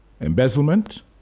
embezzlement